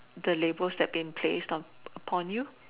the labels that been placed on upon you